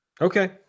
Okay